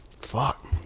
Fuck